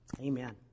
Amen